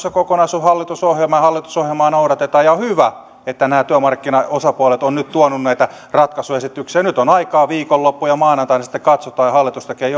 ja kokonaisuus on hallitusohjelma ja hallitusohjelmaa noudatetaan ja on hyvä että nämä työmarkkinaosapuolet ovat nyt tuoneet näitä ratkaisuesityksiä nyt on aikaa viikonloppuun ja maanantaina sitten katsotaan ja hallitus tekee